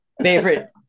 favorite